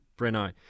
Breno